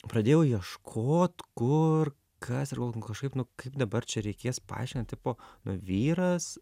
pradėjau ieškot kur kas ir galvoju nu kažkaip nu kaip dabar čia reikės paaiškint tipo vyras